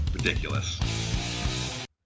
ridiculous